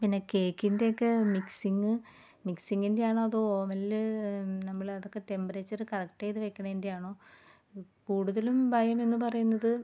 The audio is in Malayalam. പിന്നെ കേക്കിൻ്റെ ഒക്കെ മിക്സിങ്ങ് മിക്സിങ്ങിൻ്റെ ആണോ അതോ ഓവൻല് നമ്മള് അതൊക്കെ ടെമ്പറേച്ചർ കറക്ട് ചെയ്ത് വയ്ക്കുന്നതിൻ്റെയാണോ കൂടുതലും ഭയമെന്ന് പറയുന്നത്